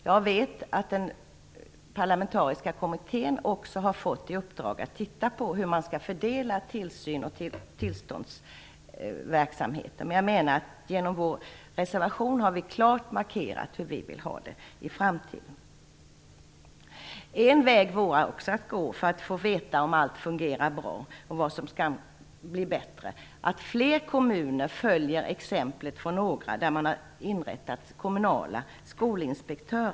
Jag vet att den parlamentariska kommittén också har fått i uppdrag att titta på hur man skall fördela tillsyn och tillståndsverksamheten. Genom vår reservation har vi klart markerat hur vi vill ha det i framtiden. En väg för att få veta om allt fungerar bra och vad som kan bli bättre vore att fler kommuner följer exemplet från några kommuner som har inrättat en kommunal skolinspektör.